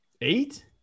Eight